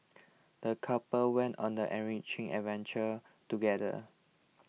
the couple went on an enriching adventure together